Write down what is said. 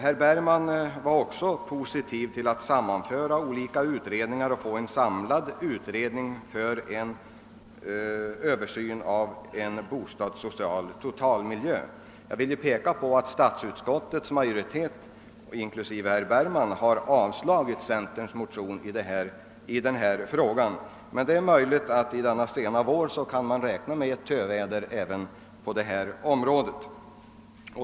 Herr Bergman ställde sig också positiv till att sammanföra olika utredningar för att få en samlad översyn av en bostadssocial totalmiljö. Jag vill peka på att statsutskottets majoritet, inklusive herr Bergman, har avstyrkt centerns motionsyrkande i den frågan. Men det är möjligt att man i denna sena vår till sist kan räkna med töväder även på det området.